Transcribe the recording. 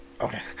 Okay